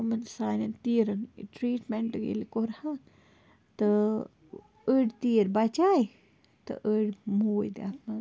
یِمَن سانٮ۪ن تیٖرَن ٹرٛیٖٹمیٚنٛٹ ییٚلہِ کوٚرہَکھ تہٕ أڑۍ تیٖر بَچاے تہٕ أڑۍ موٗدۍ اَتھ منٛز